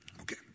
okay